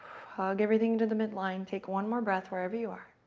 hug everything to the mid-line. take one more breath wherever you are.